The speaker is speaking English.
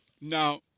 Now